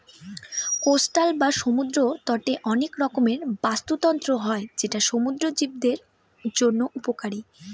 coastal বা সমুদ্র তটে অনেক রকমের বাস্তুতন্ত্র হয় যেটা সমুদ্র জীবদের জন্য উপকারী